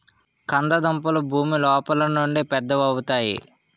కంద దుంపలు భూమి లోపలుండి పెద్దవవుతాయి